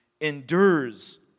endures